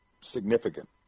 significant